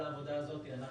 על העבודה הזאת אנחנו,